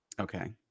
okay